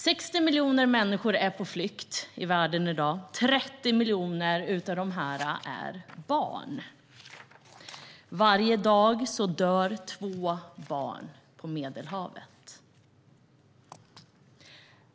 60 miljoner människor är på flykt i världen i dag. 30 miljoner av dem är barn. Varje dag dör två barn på Medelhavet.